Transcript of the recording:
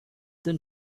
then